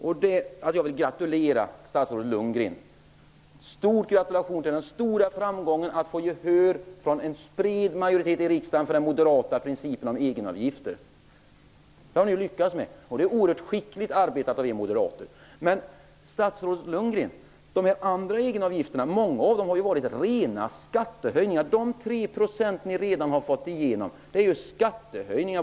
Jag vill gratulera statsrådet Lundgren. Stor gratulation till den stora framgången att få gehör från en bred majoritet i riksdagen för den moderata principen om egenavgifter! Det har ni lyckats med. Det är oerhört skickligt arbetat av er moderater. Men många av de andra egenavgifterna, statsrådet Lundgren, har varit rena skattehöjningar. De 3 % som ni redan har fått igenom är ju skattehöjningar!